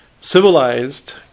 civilized